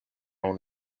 own